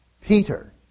Peter